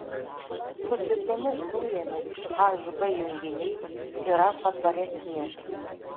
su kitomis dujomis hb junginiai yra patvaresni